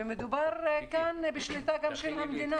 ומדובר כאן בשליטה של המדינה: